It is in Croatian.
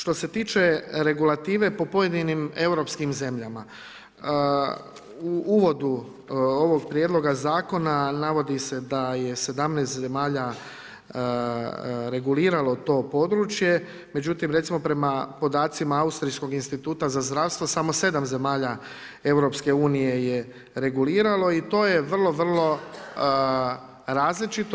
Što se tiče regulative po pojedinim europskim zemljama, u uvodu ovoga prijedloga zakona navodi se je 17 zemalja reguliralo to područje, međutim recimo prema podacima austrijskog instituta za zdravstvo, samo 7 zemalja EU-a je reguliralo i to je vrlo, vrlo različito.